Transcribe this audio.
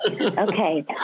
Okay